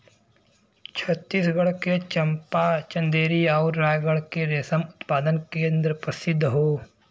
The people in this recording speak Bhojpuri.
छतीसगढ़ के चंपा, चंदेरी आउर रायगढ़ के रेशम उत्पादन केंद्र प्रसिद्ध हौ